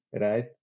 right